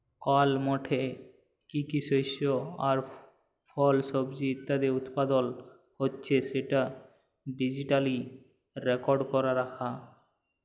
call মাঠে কি কি শস্য আর ফল, সবজি ইত্যাদি উৎপাদল হচ্যে সেটা ডিজিটালি রেকর্ড ক্যরা রাখা